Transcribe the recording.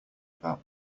about